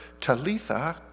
Talitha